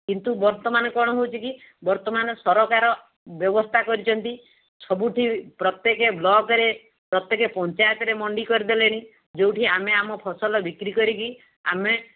କିନ୍ତୁ ବର୍ତ୍ତମାନ କ'ଣ ହେଉଛି କି ବର୍ତ୍ତମାନ ସରକାର ବ୍ୟବସ୍ଥା କରିଛନ୍ତି ସବୁଠି ପ୍ରତ୍ୟେକ ବ୍ଲକରେ ପ୍ରତ୍ୟେକ ପଞ୍ଚାୟତରେ ମଣ୍ଡି କରି ଦେଲେଣି ଯେଉଁଠି ଆମେ ଆମ ଫସଲ ବିକ୍ରି କରିକି ଆମେ